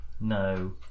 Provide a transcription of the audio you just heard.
No